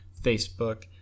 Facebook